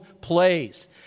plays